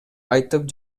айтып